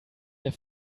der